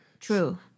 True